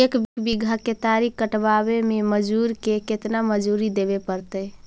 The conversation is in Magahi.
एक बिघा केतारी कटबाबे में मजुर के केतना मजुरि देबे पड़तै?